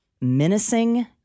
Menacing